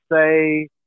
say